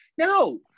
No